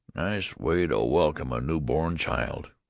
nice way to welcome a new-born child,